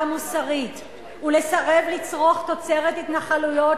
המוסרית ולסרב לצרוך תוצרת התנחלויות,